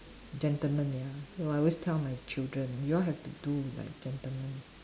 gentleman ya so I always tell my children you all have to do like gentleman